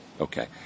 Okay